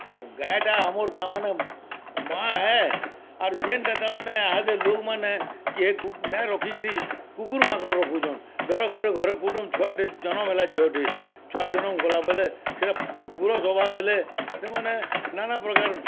ହଁ ଗାଏଟା ଆମର୍ ତାମାନେ ମାଁ ଆଏ ଆରୁ ଯେନ୍ଟା ତାମାନେ ଇହାଦେ ଲୋକ୍ମାନେ କେହେ ନାଏ ରଖିକିରି କୁକୁର୍ ମାକଡ଼୍ ରଖୁଛନ୍ ଧର ଗୁଟେ ଘରେ କୁଟୁମ୍ ଛୁଆଟେ ଜନମ୍ ହେଲା ଝିଅଟେ ଛୁଆ ଜନମ୍ କଲା ପରେ ସୋଟା ଉଗ୍ର ସ୍ୱଭାବ ହେଲେ ସେମାନେ ନାନା ପ୍ରକାର୍